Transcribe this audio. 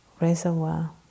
reservoir